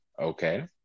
Okay